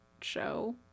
show